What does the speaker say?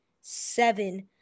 seven